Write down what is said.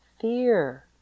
Fear